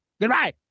Goodbye